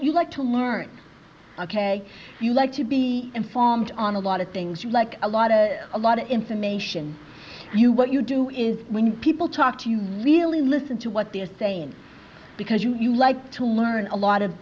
like to learn ok you like to be informed on a lot of things you like a lot of a lot of information you what you do is when people talk to you really listen to what they're saying because you like to learn a lot of